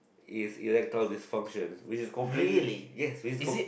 is erectile dysfunction which is completely yes which is completely